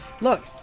look